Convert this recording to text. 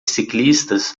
ciclistas